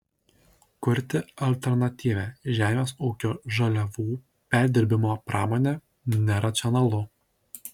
kurti alternatyvią žemės ūkio žaliavų perdirbimo pramonę neracionalu